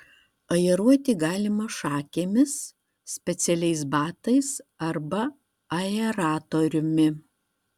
aeruoti galima šakėmis specialiais batais arba aeratoriumi